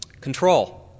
Control